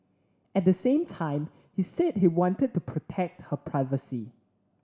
at the same time he said he wanted to protect her privacy